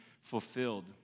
fulfilled